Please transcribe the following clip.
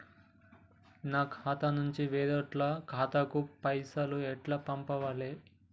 నా ఖాతా నుంచి వేరేటోళ్ల ఖాతాకు పైసలు ఎట్ల పంపాలే?